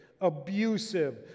abusive